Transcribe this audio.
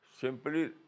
Simply